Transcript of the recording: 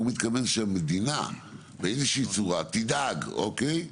הוא מתכון שהמדינה באיזושהי צורה תדאג, אוקיי?